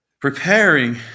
Preparing